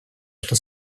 эту